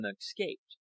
escaped